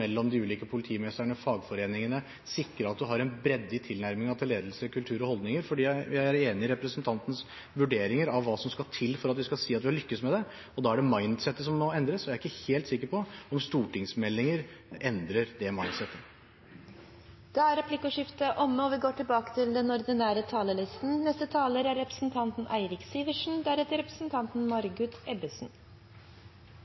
mellom de ulike politimestrene og fagforeningene og å sikre at man har en bredde i tilnærmingen til ledelse, kultur og holdninger. Jeg er enig i representantens vurderinger av hva som skal til for at vi skal si at vi har lyktes med det. Da er det mindsettet som må endres. Jeg er ikke helt sikker på om stortingsmeldinger endrer dette mindsettet. Replikkordskiftet er omme. Om ikke alle gutter, så drømmer i hvert fall svært mange om å bli politimann. Politimannen er helten i samfunnet, det er politifolkene som passer på oss og